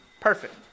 Perfect